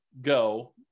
go